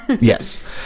Yes